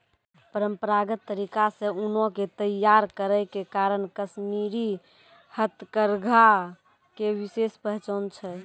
परंपरागत तरीका से ऊनो के तैय्यार करै के कारण कश्मीरी हथकरघा के विशेष पहचान छै